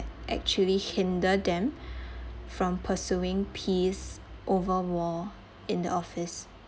actually hinder them from pursuing peace over war in the office